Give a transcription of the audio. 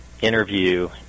interview